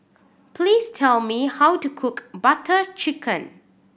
please tell me how to cook Butter Chicken